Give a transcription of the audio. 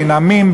בין עמים,